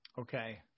Okay